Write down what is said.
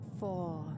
four